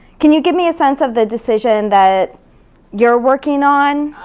can you give me a sense of the decision that you're working on?